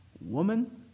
Woman